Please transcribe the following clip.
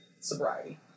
sobriety